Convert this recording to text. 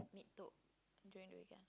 meet tok during the weekend